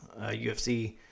UFC